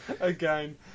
again